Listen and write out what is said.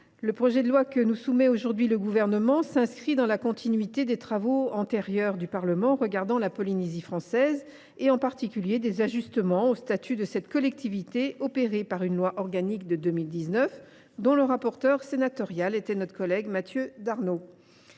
le projet de loi que nous soumet aujourd’hui le Gouvernement s’inscrit dans la continuité des travaux antérieurs du Parlement relatifs à la Polynésie française, en particulier des ajustements au statut de cette collectivité opérés par une loi organique de 2019, dont le rapporteur, au Sénat, était notre collègue Mathieu Darnaud.